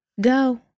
go